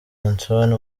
antoine